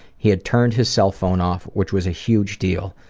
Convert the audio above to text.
he had turned his cell phone off, which was a huge deal.